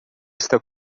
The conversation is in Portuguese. está